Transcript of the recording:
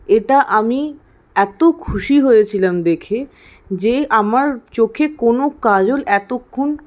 এটা আমি এত খুশি হয়েছিলাম দেখে যে আমার চোখে কোনো কাজল এতক্ষণ